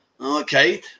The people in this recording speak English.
Okay